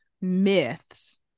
myths